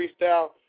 freestyle